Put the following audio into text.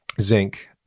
zinc